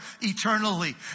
eternally